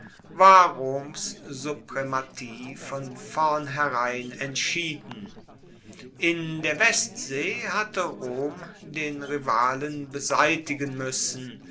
war roms suprematie von vornherein entschieden in der westsee hatte rom den rivalen beseitigen muessen